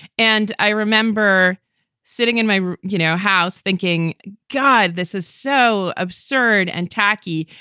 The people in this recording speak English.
and i remember sitting in my you know house thinking, god, this is so absurd and tacky.